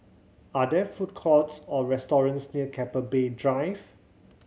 are there food courts or restaurants near Keppel Bay Drive